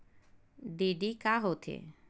DD का होथे?